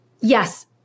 yes